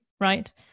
right